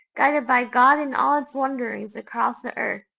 guided by god in all its wanderings across the earth.